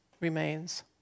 remains